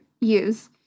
use